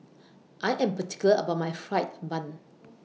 I Am particular about My Fried Bun